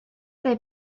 they